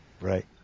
Right